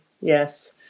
yes